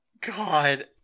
god